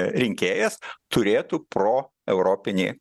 rinkėjas turėtų pro europinį